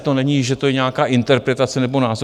To není, že to je nějaká interpretace nebo názor.